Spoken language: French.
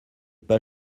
pas